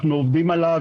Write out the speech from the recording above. אנחנו עובדים עליו,